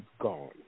gone